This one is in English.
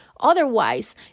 otherwise